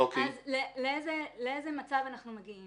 אז לאיזה מצב אנחנו מגיעים